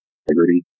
integrity